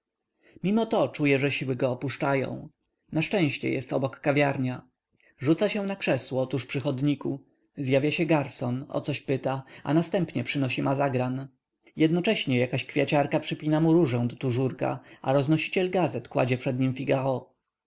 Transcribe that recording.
niepodobieństwo mimoto czuje że siły go opuszczają na szczęście jest obok kawiarnia rzuca się na krzesło tuż przy chodniku zjawia się garson o coś pyta a następnie przynosi mazagran jednocześnie jakaś kwiaciarka przypina mu różę do tużurka a roznosiciel gazet kładzie przed nim